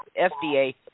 FDA